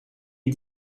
est